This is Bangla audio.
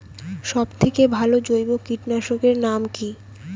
সব থেকে ভালো জৈব কীটনাশক এর নাম কি?